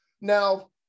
now